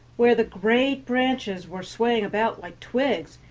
where the great branches were swaying about like twigs,